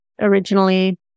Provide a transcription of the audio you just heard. originally